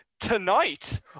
Tonight